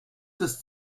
des